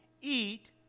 eat